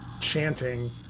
chanting